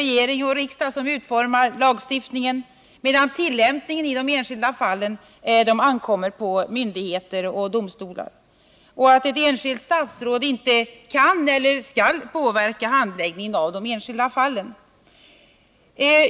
Regering och riksdag utformar lagstiftningen, medan tillämpningen i de enskilda fallen ankommer på myndigheter och domstolar, och ett statsråd skall inte påverka handläggningen av de enskilda fallen.